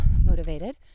motivated